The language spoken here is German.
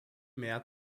mehr